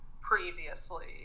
previously